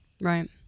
right